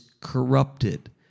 corrupted